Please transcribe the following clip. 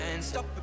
stop